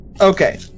Okay